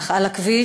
אך על הכביש,